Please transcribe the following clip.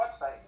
website